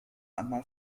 einmal